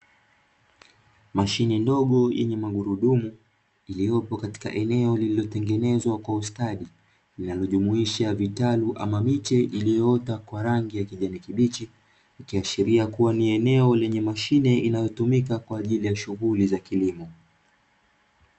Mashine ndogo yenye magurudumu iliyopo katika eneo lililotengenezwa kwa ustadi, linalojumuisha vitalu ama miche iliyoota kwa rangi ya kijani kibichi. Ikiashiria kuwa ni eneo lenye mashine inayotumika kwa ajili ya shughuli za kilimo.